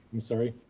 i'm sorry.